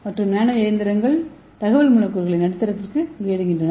இங்கே நானோ இயந்திரங்கள் தகவல் மூலக்கூறுகளை நடுத்தரத்திற்கு வெளியிடுகின்றன